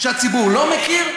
שהציבור לא מכיר,